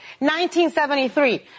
1973